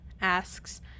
asks